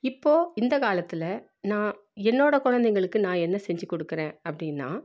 இப்போது இந்தக்காலத்தில் நான் என்னோட குழந்தைங்களுக்கு நான் என்ன செஞ்சுக் கொடுக்குறேன் அப்படின்னா